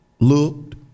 looked